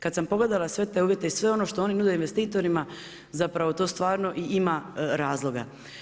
Kad sam pogledala sve te uvjete i sve ono što oni nude investitorima zapravo to stvarno i ima razloga.